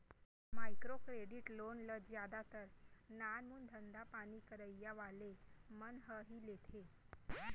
micro credit loan ल जादातर नानमून धंधापानी करइया वाले मन ह ही लेथे